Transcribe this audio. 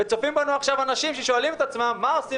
צופים בנו עכשיו אנשים ששואלים את עצמם מה עושים